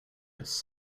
has